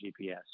GPS